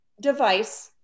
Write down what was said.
device